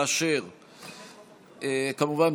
כמובן,